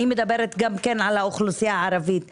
אני מדברת גם כן על האוכלוסייה הערבית.